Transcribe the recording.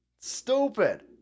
Stupid